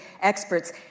experts